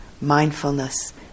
mindfulness